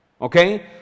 Okay